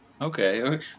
Okay